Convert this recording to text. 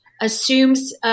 assumes –